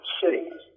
cities